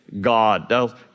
God